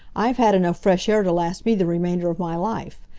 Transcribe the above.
i've had enough fresh air to last me the remainder of my life.